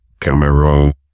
Cameroon